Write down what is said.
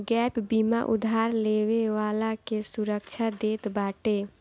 gap बीमा उधार लेवे वाला के सुरक्षा देत बाटे